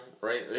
right